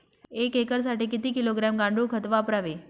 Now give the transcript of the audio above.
एक एकरसाठी किती किलोग्रॅम गांडूळ खत वापरावे?